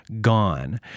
gone